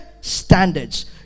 standards